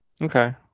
Okay